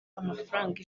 amafaranga